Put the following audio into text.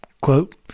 quote